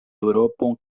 eŭropon